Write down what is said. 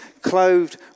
clothed